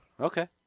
Okay